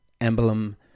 emblem